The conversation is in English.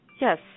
Yes